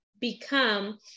become